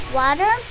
water